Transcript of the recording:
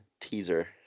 teaser